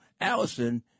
Allison